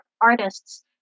artists